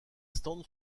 stands